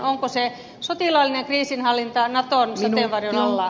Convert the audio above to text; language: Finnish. onko se sotilaallinen kriisinhallinta naton sateenvarjon alla